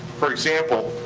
for example,